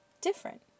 different